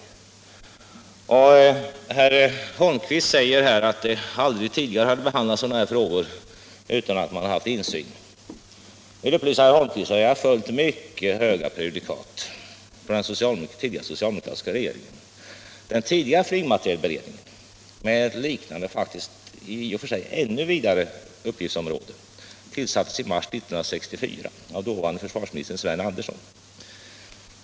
Nr 101 Herr Holmqvist säger att sådana här frågor aldrig tidigare behandlats Torsdagen den utan att man haft insyn. Jag kan upplysa herr Holmqvist om att jag 31 mars 1977 har följt mycket höga prejudikat från den tidigare socialdemokratiska = regeringens tid. Om sammansätt Den tidigare flygmaterielberedningen, som hade ett liknande och fak = ningen av beredtiskt i och för sig ännu vidare uppgiftsområde, tillsattes i mars 1964 = ningen för utvärdeav dåvarande försvarsministern Sven Andersson.